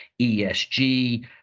ESG